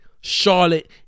charlotte